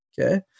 Okay